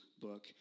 book